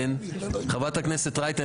חברת הכנסת רייטן,